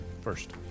first